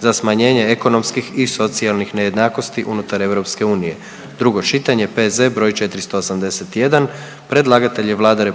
za smanjenje ekonomskih i socijalnih nejednakosti unutar EU, drugo čitanje, P.Z. br. 481. Predlagatelj je Vlada RH